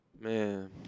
Man